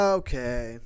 okay